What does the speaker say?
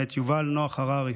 מאת יובל נח הררי,